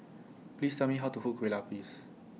Please Tell Me How to Cook Kueh Lupis